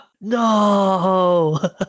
No